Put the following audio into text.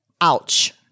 Ouch